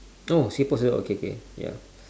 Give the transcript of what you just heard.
!oh! siput sedut okay okay ya